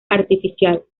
artificial